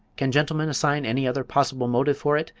can gentlemen assign any other possible motive for it?